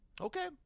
Okay